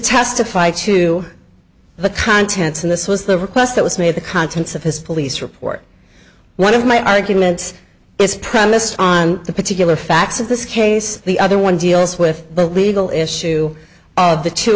testify to the contents and this was the request that was made the contents of his police report one of my arguments is premised on the particular facts of this case the other one deals with the legal issue of the two